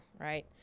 right